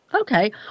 Okay